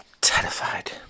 terrified